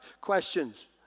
Questions